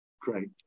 Great